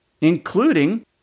including